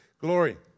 Glory